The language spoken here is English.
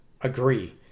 agree